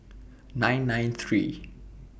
nine nine three